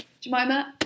Jemima